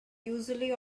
usually